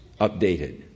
updated